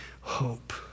hope